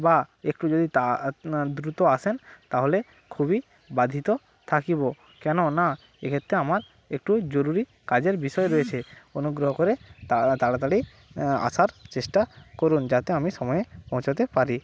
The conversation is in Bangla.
বা একটু যদি তা আপনি দ্রুত আসেন তাহলে খুবই বাধিত থাকিব কেন না এই ক্ষেত্রে আমার একটু জরুরি কাজের বিষয় রয়েছে অনুগ্রহ করে তাড়া তাড়াতাড়ি আসার চেষ্টা করুন যাতে আমি সময়ে পৌঁছাতে পারি